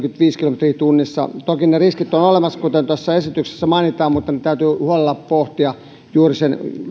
neljäkymmentäviisi kilometriä tunnissa toki riskit ovat olemassa kuten esityksessä mainitaan mutta niitä täytyy huolella pohtia juuri